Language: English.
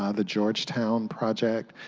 ah the georgetown project.